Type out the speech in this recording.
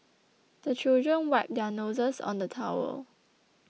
the children wipe their noses on the towel